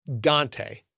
Dante